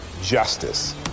justice